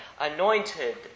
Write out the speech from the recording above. anointed